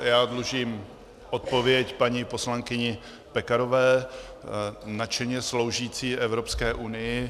Já dlužím odpověď paní poslankyni Pekarové, nadšeně sloužící Evropské unii.